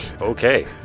Okay